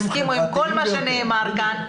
עם המטופלים.